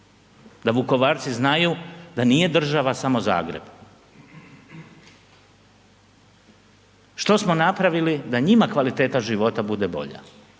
da Vukovarci znaju da nije država samo Zagreb. Što smo napravili da njima kvaliteta života bude bolja?